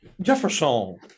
Jefferson